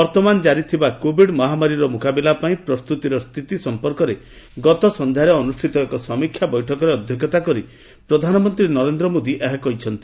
ବର୍ତ୍ତମାନ ଜାରିଥିବା କୋଭିଡ ମହାମାରୀର ମୁକାବିଲା ପାଇଁ ପ୍ରସ୍ତୁତିର ସ୍ଥିତି ସମ୍ପର୍କରେ ଗତ ସନ୍ଧ୍ୟାରେ ଅନୁଷ୍ଠିତ ଏକ ସମୀକ୍ଷା ବୈଠକରେ ଅଧ୍ୟକ୍ଷତା କରି ପ୍ରଧାନମନ୍ତ୍ରୀ ନରେନ୍ଦ୍ର ମୋଦି ଏହା କହିଛନ୍ତି